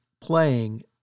playing